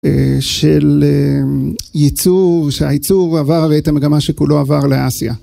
של ייצור, שהייצור עבר את המגמה שכולו עבר לאסיה.